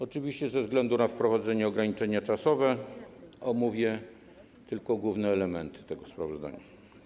Oczywiście ze względu na wprowadzenie ograniczenia czasowego omówię tylko główne elementy tego sprawozdania.